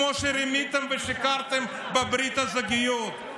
כמו שרימיתם ושיקרתם בברית הזוגיות.